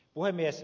puhemies